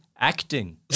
acting